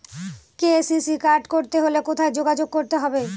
KCC card করতে হলে কোথায় যোগাযোগ করতে হবে?